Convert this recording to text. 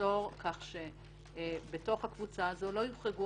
ולעצור כך שבתוך הקבוצה הזאת לא יוחרגו